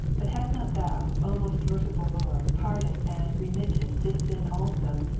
but hast not thou, o most merciful lord, pardoned and remitted this sin also,